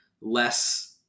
less